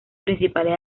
principales